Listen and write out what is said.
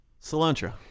cilantro